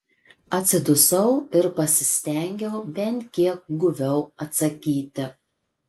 atsidusau ir pasistengiau bent kiek guviau atsakyti